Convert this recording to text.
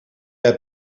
jij